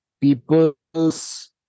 people's